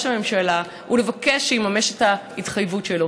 הממשלה ולבקש שיממש את ההתחייבות שלו.